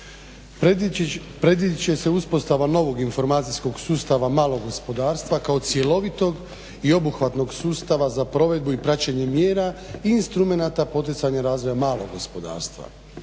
predvidjet će se uspostava novog informacijskog sustava malog gospodarstva kao cjelovitog i obuhvatnog sustava za provedbu i praćenje mjera i instrumenata poticanja razvoja malog gospodarstva,